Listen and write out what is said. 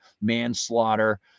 manslaughter